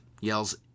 Yells